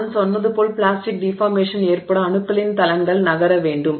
நான் சொன்னது போல் பிளாஸ்டிக் டிஃபார்மேஷன் ஏற்பட அணுக்களின் தளங்கள் நகர வேண்டும்